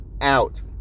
out